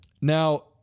Now